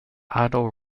otto